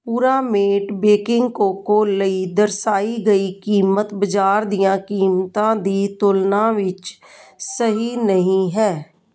Puramate baking cocoa ਲਈ ਦਰਸਾਈ ਗਈ ਕੀਮਤ ਬਾਜ਼ਾਰ ਦੀਆਂ ਕੀਮਤਾਂ ਦੀ ਤੁਲਨਾ ਵਿੱਚ ਸਹੀ ਨਹੀਂ ਹੈ